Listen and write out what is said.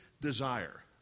desire